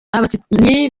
abakinnyi